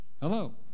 Hello